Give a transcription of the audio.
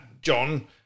John